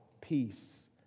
peace